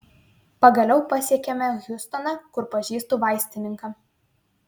pagaliau pasiekėme hjustoną kur pažįstu vaistininką